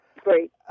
Great